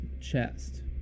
chest